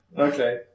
Okay